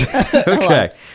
Okay